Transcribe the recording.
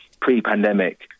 Pre-pandemic